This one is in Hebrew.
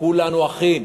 וכולנו אחים,